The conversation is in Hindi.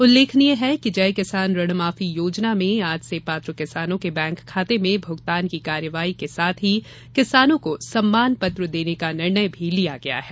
उल्लेखनीय है कि जय किसान ऋण माफी योजना में आज से पात्र किसानों के बैंक खाते में भुगतान की कार्यवाही के साथ ही किसानों को सम्मान पत्र देने का निर्णय भी लिया गया है